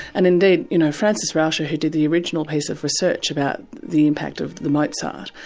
and indeed you know frances rauscher, who did the original piece of research about the impact of the mozart,